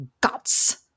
guts